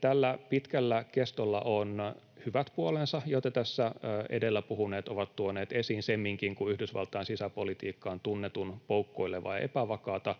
Tällä pitkällä kestolla on hyvät puolensa, joita tässä edellä puhuneet ovat tuoneet esiin. Semminkin kun Yhdysvaltain sisäpolitiikka on tunnetun poukkoilevaa ja epävakaata,